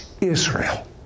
Israel